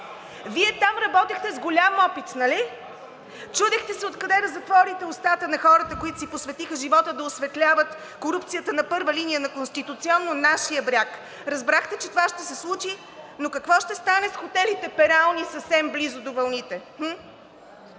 Вие там работехте с голям опит, нали? Чудехте се откъде да затворите устата на хората, които си посветиха живота да осветляват корупцията на първа линия на конституционно нашия бряг. Разбрахте, че това ще се случи, но какво ще стане с хотелите перални съвсем близо до вълните?!